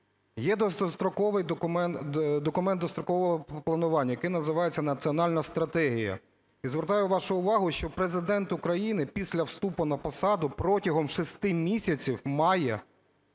розписано. Є документ довгострокового планування, який називається Національна стратегія. І звертаю вашу увагу, що Президент України після вступу на посаду протягом 6 місяців має